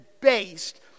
based